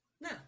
No